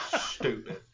stupid